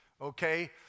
Okay